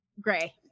gray